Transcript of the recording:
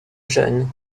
jeune